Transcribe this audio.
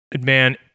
man